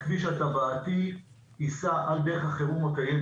הכביש הטבעתי ייסע על דרך החירום הקיימת,